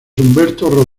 humberto